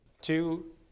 two